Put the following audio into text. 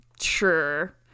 Sure